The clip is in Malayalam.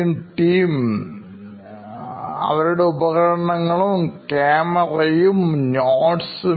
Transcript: മുഴുവൻ ടീമും അവരുടെ മറ്റുപകരണങ്ങളും ക്യാമറയും Notes മായി അങ്ങോട്ട് വന്നു